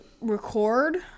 record